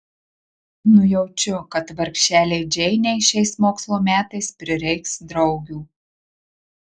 nujaučiu kad vargšelei džeinei šiais mokslo metais prireiks draugių